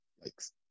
Thanks